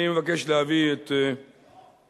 אני מבקש להביא את התשובה,